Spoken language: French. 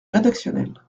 rédactionnel